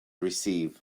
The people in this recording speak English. receive